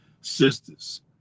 Sisters